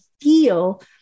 feel